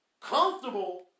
Comfortable